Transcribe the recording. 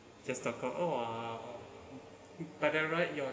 just darker oh !wow! but then right your